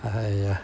!aiya!